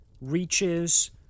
reaches